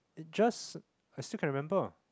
just I still can remember